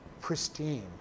pristine